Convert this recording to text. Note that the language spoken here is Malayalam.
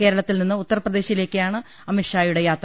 കേരളത്തിൽ നിന്ന് ഉത്തർപ്രദേശിലേക്കാണ് അമിത്ഷാ യുടെ യാത്ര